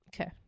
Okay